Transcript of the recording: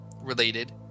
related